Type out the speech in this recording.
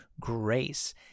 grace